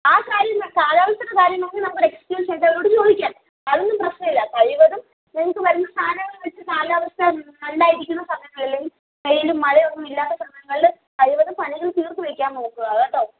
ആ കാര്യം കാലാവസ്ഥയുടെ കാര്യം പറഞ്ഞ് നമുക്കൊരു എസ്ക്യൂസായിട്ടവരോട് ചോദിക്കാം അതൊന്നും പ്രശ്നം ഇല്ല കഴിവതും നിങ്ങൾക്ക് വരുന്ന സാധനങ്ങൾ വെച്ച് കാലാവസ്ഥ നല്ലതായിരിക്കണം എന്ന് പറഞ്ഞാൽ മതി അല്ലെങ്കിൽ വെയിലും മഴയൊന്നും ഇല്ലാത്ത സമയങ്ങളിൽ കഴിവതും പണികൾ തീർത്ത് വെക്കാൻ നോക്കുക കേട്ടോ